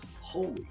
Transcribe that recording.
holy